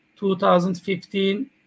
2015